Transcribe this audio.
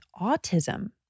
autism